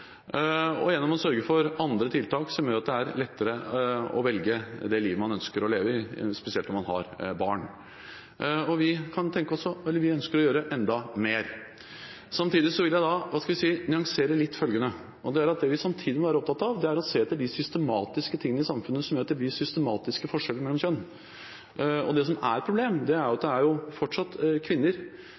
og gjennom å sørge for andre tiltak som gjør det lettere å velge det livet man ønsker å leve, spesielt om man har barn. Og vi ønsker å gjøre enda mer. Samtidig vil jeg – skal vi si – nyansere litt: Det vi samtidig må være opptatt av, er å se etter de tingene i samfunnet som gjør at det blir systematiske forskjeller mellom kjønn. Det som er et problem, er at det fortsatt er kvinner som i for stor grad er dobbeltarbeidende, at det fortsatt er kvinner som får de laveste lønningene, og at det fortsatt